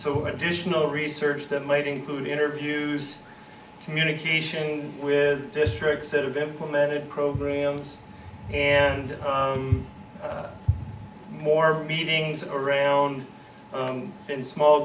so additional research that might include interviews communication with district set of implemented programs and more meetings around in small